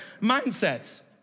mindsets